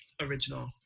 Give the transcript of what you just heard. original